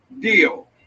deal